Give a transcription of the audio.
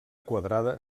quadrada